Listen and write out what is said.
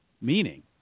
meaning